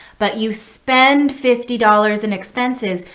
but you spend fifty dollars in expenses,